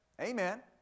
amen